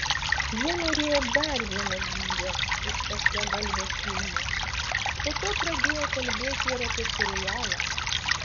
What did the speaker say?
jie norėjo dar vieno byvio ir tešlagalvio filmo po to pradėjo kalbėti ir apie serialą